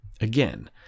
Again